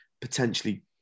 potentially